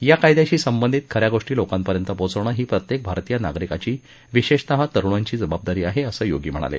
या कायद्याशी संबंधित खऱ्या गोष्टी लोकांपर्यंत पोचवणं ही प्रत्येक भारतीय नागरिकाची विशेषतः तरुणांची जबाबदारी आहे असं योगी म्हणाले